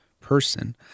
person